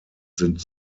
sind